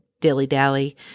dilly-dally